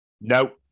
No